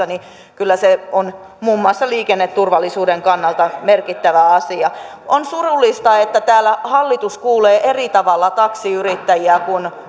niin kyllä se on muun muassa liikenneturvallisuuden kannalta merkittävä asia on surullista että täällä hallitus kuulee eri tavalla taksiyrittäjiä kuin